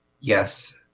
yes